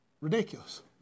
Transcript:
ridiculous